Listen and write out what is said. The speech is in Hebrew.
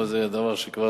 זה דבר שכבר